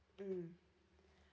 mmhmm